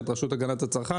יש את רשות הגנת הצרכן,